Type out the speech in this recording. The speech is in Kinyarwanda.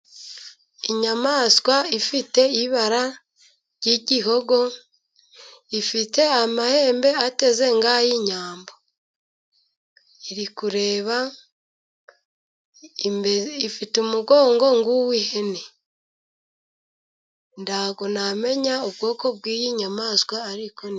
Inyamaswa ifite ibara ry'igihogo, ifite amahembe ateze nk'ay'inyambo. Iri kureba imbere, ifite umugongo nkuw'ihene, ntago namenya ubwoko bw'iyi nyamaswa ariko..